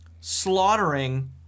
slaughtering